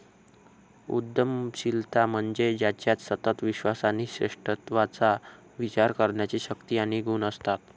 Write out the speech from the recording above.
उद्यमशीलता म्हणजे ज्याच्यात सतत विश्वास आणि श्रेष्ठत्वाचा विचार करण्याची शक्ती आणि गुण असतात